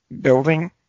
building